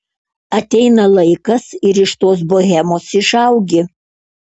ateina laikas ir iš tos bohemos išaugi